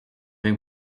vais